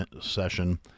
session